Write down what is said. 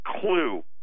clue